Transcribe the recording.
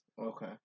Okay